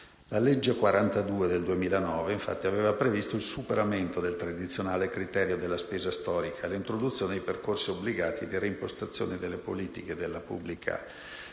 La legge n. 42 del 2009, infatti, aveva previsto il superamento del tradizionale criterio della spesa storica e l'introduzione di percorsi obbligati di reimpostazione delle politiche della pubblica